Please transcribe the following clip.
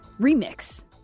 remix